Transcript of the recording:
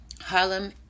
Harlem